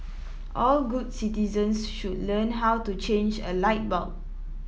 all good citizens should learn how to change a light bulb